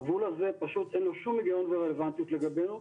הגבול הזה פשוט אין לו שום הגיון ורלוונטיות לגבינו,